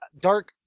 Dark